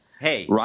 Hey